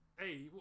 Hey